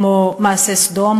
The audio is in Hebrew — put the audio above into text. כמו מעשה סדום,